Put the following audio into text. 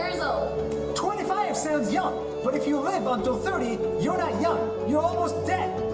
twenty five sounds young. but if you live until thirty you're not young. you're almost dead!